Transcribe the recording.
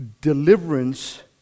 Deliverance